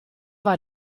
war